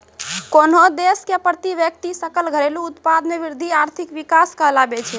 कोन्हो देश के प्रति व्यक्ति सकल घरेलू उत्पाद मे वृद्धि आर्थिक विकास कहलाबै छै